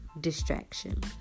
Distraction